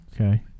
okay